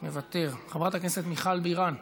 מוותר, חברת הכנסת מיכל בירן,